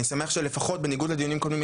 אני שמח שלפחות בניגוד לדיונים קודמים,